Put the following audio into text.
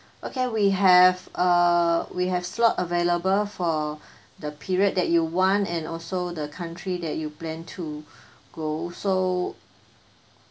okay we have a we have slot available for the period that you want and also the country that you plan to go so